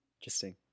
Interesting